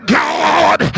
god